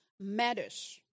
matters